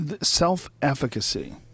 Self-efficacy